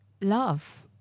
love